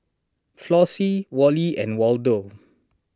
Flossie Wally and Waldo